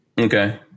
okay